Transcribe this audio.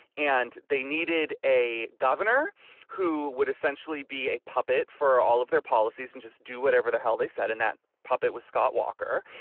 and they needed a governor who would essentially be a puppet for all of their policies and just do whatever the hell they said in that puppet with scott walker.